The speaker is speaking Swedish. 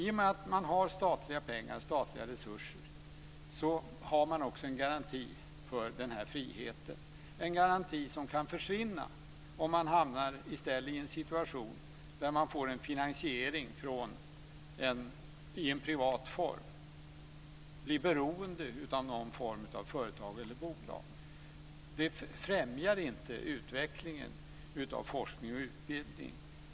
I och med att man har statliga resurser har man också en garanti för denna frihet, en garanti som kan försvinna om man hamnar i en situation med privat finansiering. Att bli beroende av ett företag eller ett bolag främjar inte utvecklingen av forskning och utbildning.